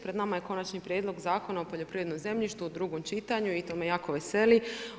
Pred nama je Konačni prijedlog Zakona o poljoprivrednom zemljištu u drugom čitanju i to me jako veseli.